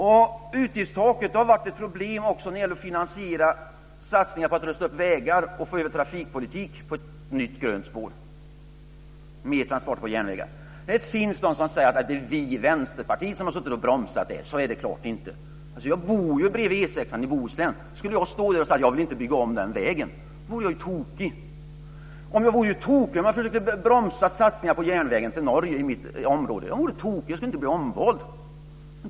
Utgiftstaket har varit ett problem också när det gäller att finansiera satsningar på att rusta upp vägar och få över trafikpolitiken på ett nytt grönt spår med mer transporter på järnvägar. Det finns de som säger att det är vi i Vänsterpartiet som har suttit och bromsat. Så är det självklart inte. Jag bor bredvid E 6:an i Bohuslän. Skulle jag stå och säga: Jag vill inte bygga om den vägen, vore jag ju tokig. Jag vore ju tokig om jag försökte bromsa satsningar på järnvägen till Norge i mitt område. Då vore jag ju tokig och skulle inte bli omvald.